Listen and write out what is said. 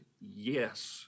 yes